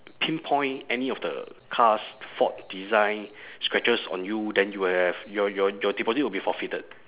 pinpoint any of the car's fault design scratches on you then you will have your your your deposit will be forfeited